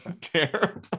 Terrible